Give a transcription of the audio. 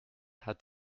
hat